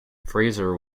fraser